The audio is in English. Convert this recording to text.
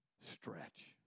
Stretch